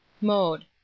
mode